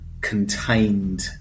contained